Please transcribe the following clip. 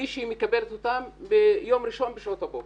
מישהי מקבלת אותם ביום ראשון בשעות הבוקר.